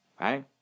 Right